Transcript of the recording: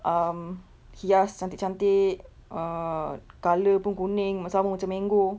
um hias cantik-cantik err colour pun kuning ma~ sama macam mango